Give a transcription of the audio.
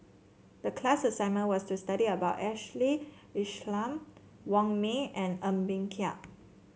the class assignment was to study about Ashley Isham Wong Ming and Ng Bee Kia